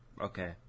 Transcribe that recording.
okay